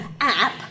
app